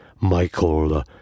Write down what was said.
Michael